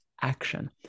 action